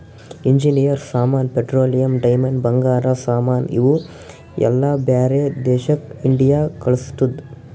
engineer ಸಾಮಾನ್, petroleum, diamond, ಬಂಗಾರ ಸಾಮಾನ್ ಇವು ಎಲ್ಲಾ ಬ್ಯಾರೆ ದೇಶಕ್ ಇಂಡಿಯಾ ಕಳುಸ್ತುದ್